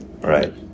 Right